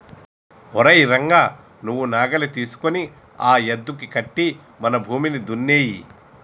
ఓరై రంగ నువ్వు నాగలి తీసుకొని ఆ యద్దుకి కట్టి మన భూమిని దున్నేయి